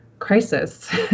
crisis